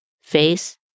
Face